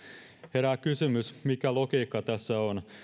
herää kysymys mikä logiikka tässä on